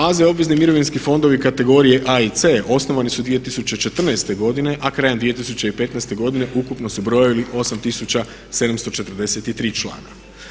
AZ obvezni mirovinski fondovi kategorije A i C osnovani su 2014.godine a krajem 2015. godine ukupno su brojili 8 743 člana.